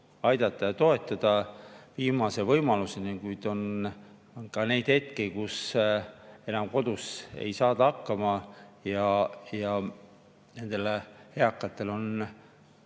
aidata ja toetada viimase võimaluseni. Kuid on ka neid hetki, kui kodus ei saada enam hakkama, ja nendel eakatel on